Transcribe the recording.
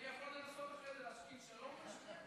אני יכול לנסות להשכין שלום ביניכם.